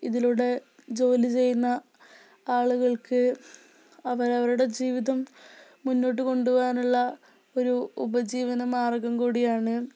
ഇതിലൂടെ ജോലി ചെയ്യുന്ന ആളുകൾക്ക് അവരവരുടെ ജീവിതം മുന്നോട്ട് കൊണ്ടുപോകാനുള്ള ഒരു ഉപജീവന മാർഗ്ഗം കൂടിയാണ്